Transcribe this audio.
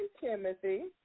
Timothy